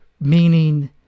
meaning